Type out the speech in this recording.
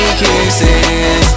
kisses